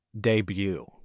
debut